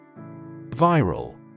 Viral